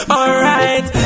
Alright